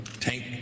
tank